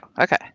Okay